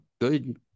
good